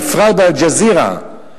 בפרט ב"אל-ג'זירה".